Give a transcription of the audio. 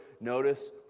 notice